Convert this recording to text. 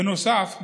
בנוסף,